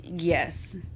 Yes